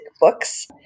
books